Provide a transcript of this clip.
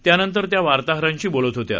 त्यानंतर त्या वार्ताहरांशी बोलत होत्या